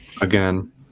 again